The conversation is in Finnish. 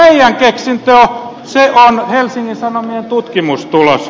se on helsingin sanomien tutkimustulos